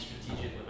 strategic